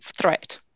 threat